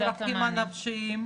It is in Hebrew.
מה עם הצרכים הנפשיים?